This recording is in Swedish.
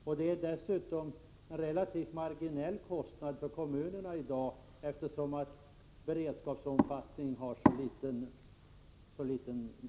Dessutom är det en relativt marginell kostnad för kommunerna, eftersom beredskapsarbetena i dag har så liten omfattning.